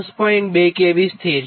2 kV સ્થિર છે